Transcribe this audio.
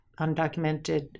undocumented